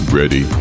ready